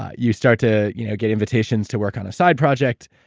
ah you start to you know get invitations to work on a side project,